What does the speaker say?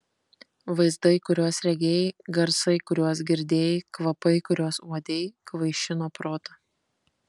vaizdai kuriuos regėjai garsai kuriuos girdėjai kvapai kuriuos uodei kvaišino protą